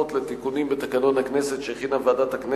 לתיקון תקנון הכנסת,